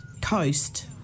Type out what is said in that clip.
coast